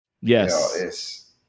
Yes